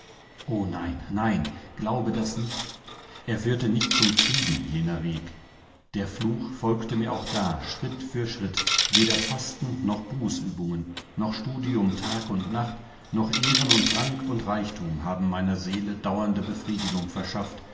o nein nein glaube das nicht er führte nicht zum frieden jener weg der fluch folgte mir auch da schritt für schritt weder fasten noch bußübungen noch studium tag und nacht noch ehren und rang und reichtum haben meiner seele dauernde befriedigung verschafft